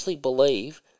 believe